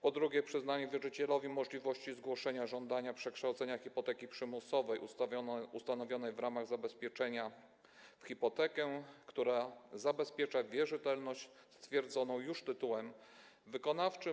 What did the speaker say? Po drugie, na przyznaniu wierzycielowi możliwości zgłoszenia żądania przekształcenia hipoteki przymusowej ustanowionej w ramach zabezpieczenia w hipotekę, która zabezpiecza wierzytelność stwierdzoną już tytułem wykonawczym.